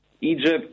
Egypt